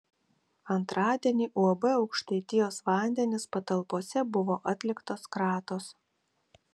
antradienį uab aukštaitijos vandenys patalpose buvo atliktos kratos